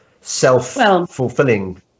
self-fulfilling